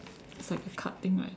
it's like a card thing right